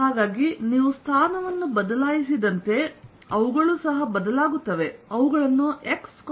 ಆದ್ದರಿಂದ ನೀವು ಸ್ಥಾನವನ್ನು ಬದಲಾಯಿಸಿದಂತೆ ಅವುಗಳು ಸಹ ಬದಲಾಗುತ್ತವೆ